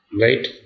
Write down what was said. Right